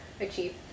achieve